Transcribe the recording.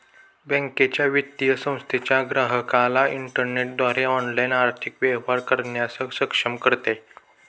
बँकेच्या, वित्तीय संस्थेच्या ग्राहकाला इंटरनेटद्वारे ऑनलाइन आर्थिक व्यवहार करण्यास सक्षम करते